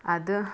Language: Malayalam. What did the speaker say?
അത്